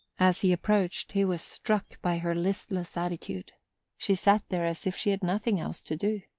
as he approached he was struck by her listless attitude she sat there as if she had nothing else to do.